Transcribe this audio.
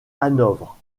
hanovre